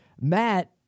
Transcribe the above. Matt